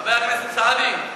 חבר הכנסת סעדי,